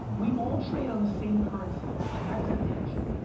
we all trade on the same currency, and that is attention.